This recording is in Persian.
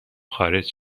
خارج